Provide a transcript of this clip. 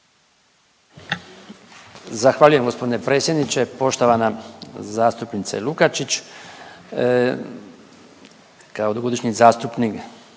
Zahvaljujem gospodine predsjedniče. Poštovana zastupnice Lukačić, kao dugogodišnji zastupnik